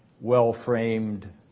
well-framed